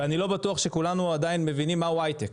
ואני לא בטוח שכולנו עדיין מבינים מהו הייטק